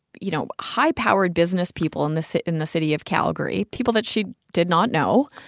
you know, high-powered business people in the city in the city of calgary, people that she did not know.